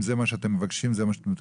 אם זה מה שאתם מבקשים, זה מה שתקבלו.